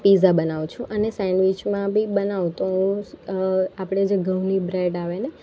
pizza બનાવું છું અને સેન્ડવિચમાં બી બનાવું તો હું આપણે જે ઘઉંની બ્રેડ આવે ને